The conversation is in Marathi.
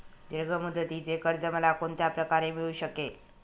दीर्घ मुदतीचे कर्ज मला कोणत्या प्रकारे मिळू शकेल?